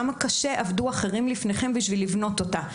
כמה קשה עבדו אחרים לפניכם בשביל לבנות אותה.